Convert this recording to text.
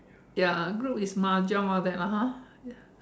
ya group is Mahjong all that lah ha ya